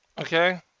Okay